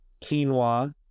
quinoa